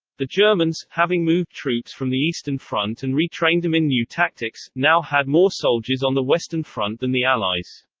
the germans, having moved troops from the eastern front and retrained them in new tactics, now had more soldiers on the western front than the allies.